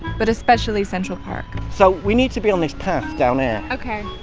but especially central park so we need to be on this path down here okay,